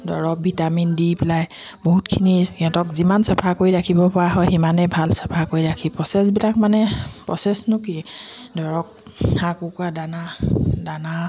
দৰৱ ভিটামিন দি পেলাই বহুতখিনি সিহঁতক যিমান চাফা কৰি ৰাখিব পৰা হয় সিমানেই ভাল চাফা কৰি ৰাখি প্ৰচেছবিলাক মানে প্ৰচেছনো কি ধৰক হাঁহ কুকুৰা দানা দানা